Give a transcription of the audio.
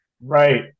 Right